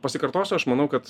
pasikartosiu aš manau kad